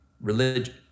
religion